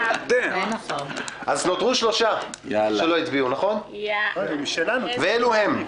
נותרו שלושה שטרם הצביעו ואלו הם,